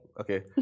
okay